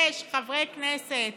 יש חברי כנסת